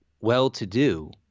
well-to-do